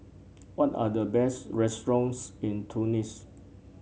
what are the best restaurants in Tunis